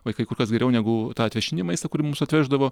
vaikai kur kas geriau negu tą atvežtinį maistą kurį mums atveždavo